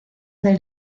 del